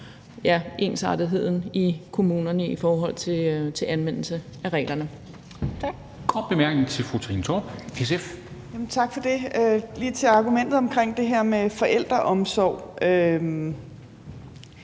og ensartethed i kommunerne i forhold til anvendelse af reglerne.